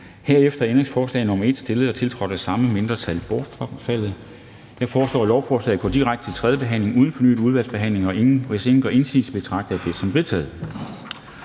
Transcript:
Herefter er ændringsforslag nr. 1, stillet og tiltrådt af de samme mindretal, bortfaldet. Jeg foreslår, at lovforslaget går direkte til tredje behandling uden fornyet udvalgsbehandling, og hvis ingen gør indsigelse, betragter jeg det som vedtaget.